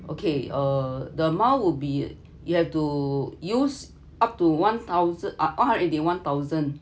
okay uh the amount would be you have to use up to one thousand uh one hundred eighty one thousand